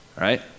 Right